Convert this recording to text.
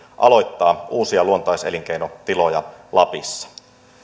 aloittaa uusia luontaiselinkeinotiloja lapissa